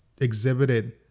exhibited